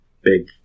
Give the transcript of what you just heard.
big